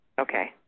Okay